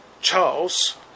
Charles